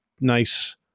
nice